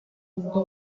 ubwo